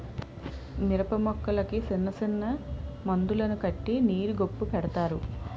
మిరపమొక్కలకి సిన్నసిన్న మందులను కట్టి నీరు గొప్పు పెడతారు